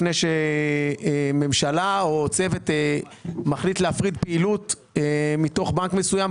כאשר ממשלה או צוות מחליט להפריד פעילות מתוך בנק מסוים,